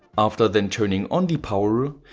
after then turning on the power,